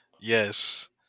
yes